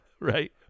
Right